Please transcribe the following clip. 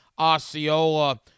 Osceola